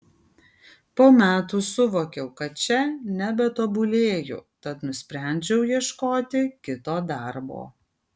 po metų suvokiau kad čia nebetobulėju tad nusprendžiau ieškoti kito darbo